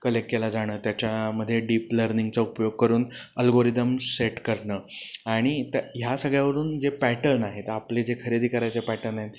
collect केला जाणं त्याच्यामधे डीप लर्निंगचा उपयोग करून अल्गोरिदम सेट करणं आणि ह्या सगळ्यावरून जे पॅटर्न आहेत आपले जे खरेदी करायचे पॅटर्न आहेत